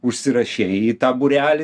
užsirašei į tą būrelį